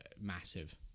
massive